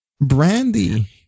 Brandy